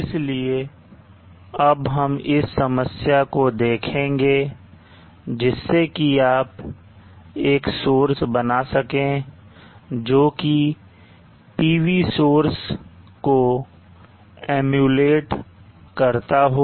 इसलिए अब हम इस समस्या को देखेंगे जिससे कि आप एक सोर्स बना सकें जोकि PV सोर्स को emulate करता हो